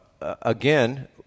again